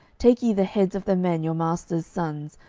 take ye the heads of the men your master's sons,